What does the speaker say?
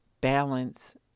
balance